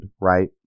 right